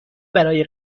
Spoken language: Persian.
برای